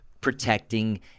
protecting